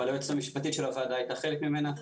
אבל היועצת המשפטית של הוועדה הייתה חלק ממנה.